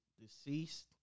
deceased